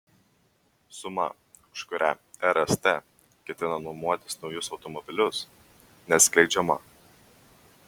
suma už kurią rst ketina nuomotis naujus automobilius neatskleidžiama